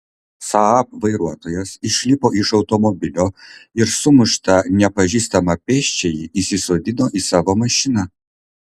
saab vairuotojas išlipo iš automobilio ir sumuštą nepažįstamą pėsčiąjį įsisodino į savo mašiną